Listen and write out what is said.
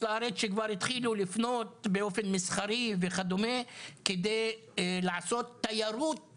שכבר התחילו לפנות באופן מסחרי וכדומה כדי לעשות תיירות